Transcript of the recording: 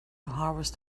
harvest